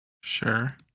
Sure